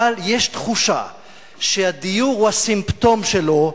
אבל יש תחושה שהדיור הוא הסימפטום שלו,